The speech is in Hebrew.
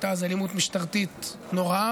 הייתה אז אלימות משטרתית נוראה,